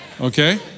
okay